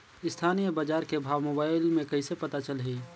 स्थानीय बजार के भाव मोबाइल मे कइसे पता चलही?